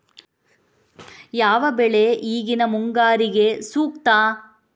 ಯಾವ ಬೆಳೆ ಈಗಿನ ಮುಂಗಾರಿಗೆ ಸೂಕ್ತ?